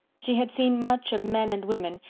she had seen much of men and women,